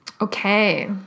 Okay